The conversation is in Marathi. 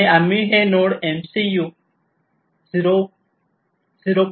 आणि आम्ही हे नोड एमसीयू ०